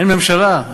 אין ממשלה.